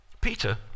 Peter